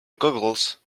goggles